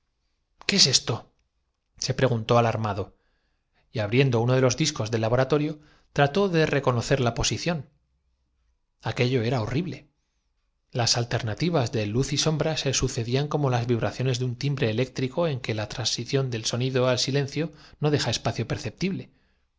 qué es esto se preguntó alarmado y abriendo uno de los discos del laboratorio trató de reconocer la posición aquello era horrible las alternativas de luz y sombra se sucedían como las vibraciones de un timbre eléctrico en que la transición del sonido al si lencio no deja espacio perceptible